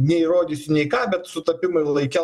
neįrodysiu nei ką bet sutapimai ir laike